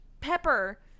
Pepper